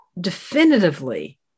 definitively